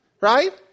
Right